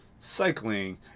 Cycling